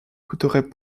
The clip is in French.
coûterait